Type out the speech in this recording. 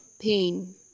pain